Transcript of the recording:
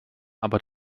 aber